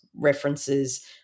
references